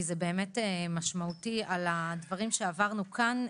על הדברים שעברנו כאן,